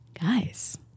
Guys